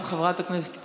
חבר הכנסת